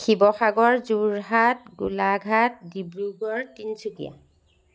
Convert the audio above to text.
Sivasagar Jorhat Golaghat Dibrugarh Tinsukia